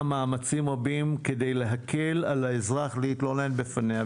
מאמצים רבים כדי להקל על האזרח להתלונן בפניה,